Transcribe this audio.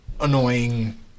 annoying